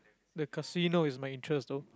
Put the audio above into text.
the casino is my interest though